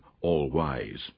all-wise